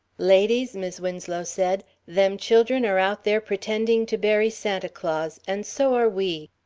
ladies, mis' winslow said, them children are out there pretending to bury santa claus and so are we.